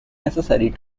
necessary